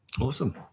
awesome